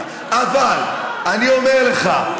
אני אומר לכם,